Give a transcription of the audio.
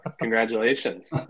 congratulations